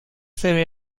theory